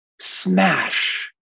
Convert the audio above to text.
Smash